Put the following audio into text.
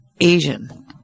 Asian